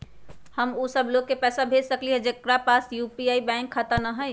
हम उ सब लोग के पैसा भेज सकली ह जेकरा पास यू.पी.आई बैंक खाता न हई?